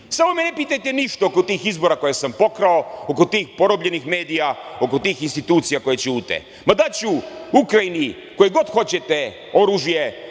samo me ne pitajte ništa oko tih izbora koje sam pokrao, oko tih porobljenih medija, oko tih institucija koje ćute. Daću Ukrajini koje god hoćete oružje,